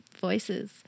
voices